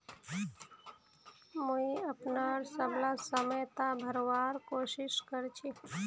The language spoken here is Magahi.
मुई अपनार सबला समय त भरवार कोशिश कर छि